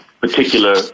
particular